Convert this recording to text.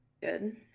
Good